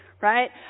right